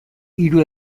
hiru